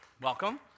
Welcome